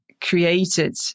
created